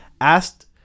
asked